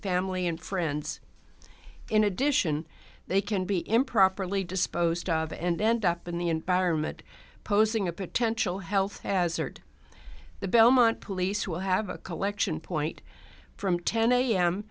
family and friends in addition they can be improperly disposed of end up in the environment posing a potential health hazard the belmont police will have a collection point from ten a